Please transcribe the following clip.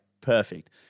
perfect